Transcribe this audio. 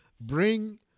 bring